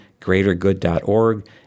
greatergood.org